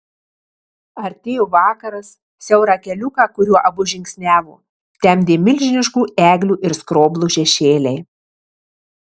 artėjo vakaras siaurą keliuką kuriuo abu žingsniavo temdė milžiniškų eglių ir skroblų šešėliai